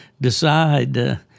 decide